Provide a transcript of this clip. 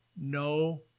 no